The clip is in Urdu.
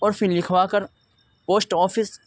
اور پھر لکھوا کر پوسٹ آفس